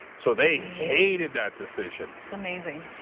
so they hated that decision. it's amazing,